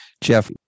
Jeff